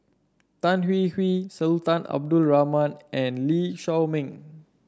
Tan Hwee Hwee Sultan Abdul Rahman and Lee Shao Meng